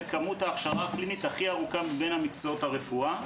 זו כמות ההכשרה הקלינית הכי ארוכה מבין מקצועות הרפואה.